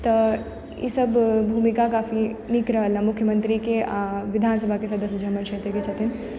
तऽ ईसभ भूमिका काफी निक रहल हँ मुख्यमंत्रीके आ विधानसभाके सदस्य जे हमर क्षेत्रके छथिन